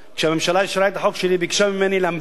כשהממשלה אישרה את החוק שלי היא ביקשה ממני להמתין,